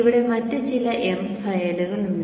ഇവിടെ മറ്റ് ചില m ഫയലുകളുണ്ട്